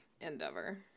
endeavor